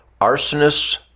arsonists